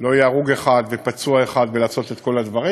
שלא יהיה הרוג אחד ופצוע אחד ולעשות את כל הדברים,